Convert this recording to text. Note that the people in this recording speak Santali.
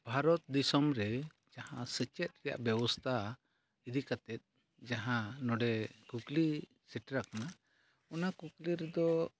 ᱵᱷᱟᱨᱚᱛ ᱫᱤᱥᱚᱢ ᱨᱮ ᱡᱟᱦᱟᱸ ᱥᱮᱪᱮᱫ ᱨᱮᱭᱟᱜ ᱵᱮᱵᱚᱥᱛᱷᱟ ᱤᱫᱤ ᱠᱟᱛᱮᱫ ᱡᱟᱦᱟᱸ ᱱᱚᱸᱰᱮ ᱠᱩᱠᱞᱤ ᱥᱮᱴᱮᱨ ᱟᱠᱟᱱᱟ ᱚᱱᱟ ᱠᱩᱠᱞᱤ ᱨᱮᱫᱚ